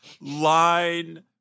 line